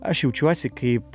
aš jaučiuosi kaip